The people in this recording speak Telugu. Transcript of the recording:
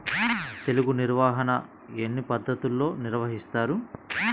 తెగులు నిర్వాహణ ఎన్ని పద్ధతుల్లో నిర్వహిస్తారు?